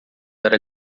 era